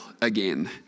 again